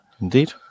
indeed